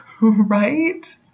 right